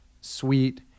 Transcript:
sweet